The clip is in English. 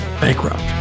Bankrupt